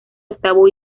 octavo